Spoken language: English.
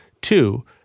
Two